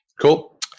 Cool